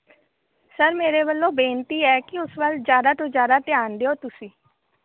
sir ਮੇਰੇ ਵੱਲੋਂ ਬੇਨਤੀ ਹੈ ਕਿ ਉਸ ਵੱਲ ਜ਼ਿਆਦਾ ਤੋਂ ਜ਼ਿਆਦਾ ਧਿਆਨ ਦਿਓ ਤੁਸੀਂ